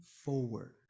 forward